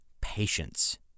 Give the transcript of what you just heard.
Patience